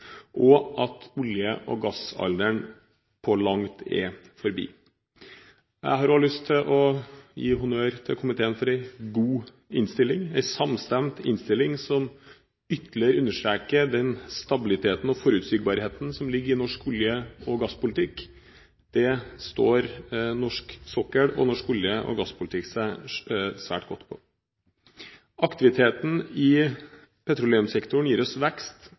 og at olje- og gassalderen på langt nær er forbi. Jeg har lyst til å gi honnør til komiteen for en god innstilling. Det er en samstemt innstilling som ytterligere understreker den stabiliteten og forutsigbarheten som ligger i norsk olje- og gasspolitikk. Det står norsk sokkel og norsk olje- og gasspolitikk seg svært godt på. Aktiviteten i petroleumssektoren gir oss vekst,